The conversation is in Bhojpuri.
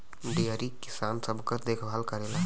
डेयरी किसान सबकर देखभाल करेला